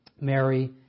Mary